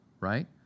right